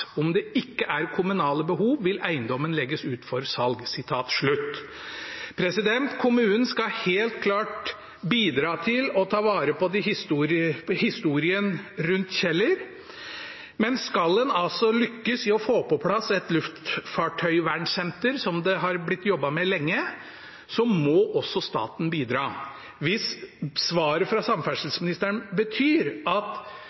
Om det ikke er kommunale behov, vil eiendom legges ut for salg.» Kommunen skal helt klart bidra til å ta vare på historien rundt Kjeller, men skal en lykkes med å få på plass et luftfartøyvernsenter, som det har blitt jobbet med lenge, må også staten bidra. Hvis svaret fra samferdselsministeren betyr at